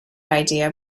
idea